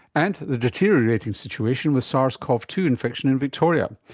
and the deteriorating situation with sars cov two infection in victoria.